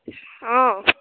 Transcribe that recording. অঁ